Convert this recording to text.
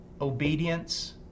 obedience